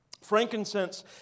Frankincense